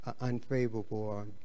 unfavorable